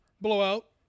blowout